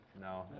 no